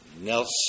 Nelson